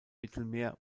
mittelmeer